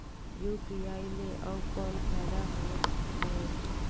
UPI ले अउ कौन फायदा होथ है?